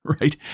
right